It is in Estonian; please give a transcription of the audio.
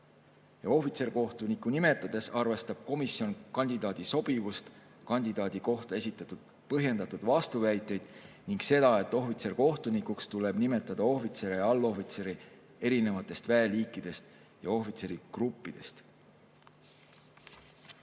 Ohvitserkohtunikku nimetades arvestab komisjon kandidaadi sobivust, kandidaadi kohta esitatud põhjendatud vastuväiteid ning seda, et ohvitserkohtunikuks tuleb nimetada ohvitsere ja allohvitsere erinevatest väeliikidest ja ohvitserigruppidest.